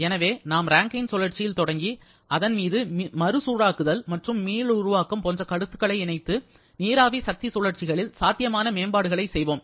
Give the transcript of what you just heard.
எனவே நாம் ரேங்கைன் சுழற்சியில் தொடங்கி அதன் மீது மறு சூடாக்குதல் மற்றும் மீளுருவாக்கம் போன்ற கருத்துக்களை இணைத்து நீராவி சக்தி சுழற்சிகளில் சாத்தியமான மேம்பாடுகளைச் செய்வோம்